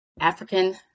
african